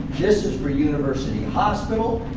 this is for university hospital.